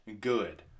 good